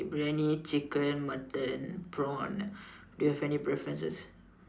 Briyani chicken mutton prawn do you have any preferences